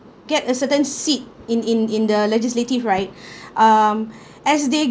get a certain seat in in in the legislative right um as they